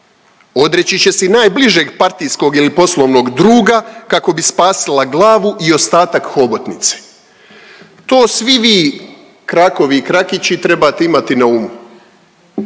Odreći će se i najbližeg partijskog ili poslovnog druga kako bi spasila glavu i ostatak hobotnice. To svi vi krakovi i krakići trebate imati na umu.